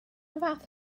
fath